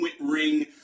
ring